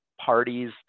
parties